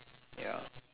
ya